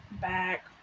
back